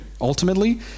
ultimately